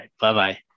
bye-bye